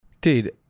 dude